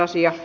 asia